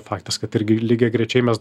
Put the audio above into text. faktas kad irgi lygiagrečiai mes